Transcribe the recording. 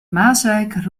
maaseik